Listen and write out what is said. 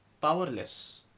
powerless